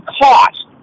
cost